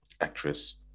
actress